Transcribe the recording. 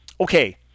Okay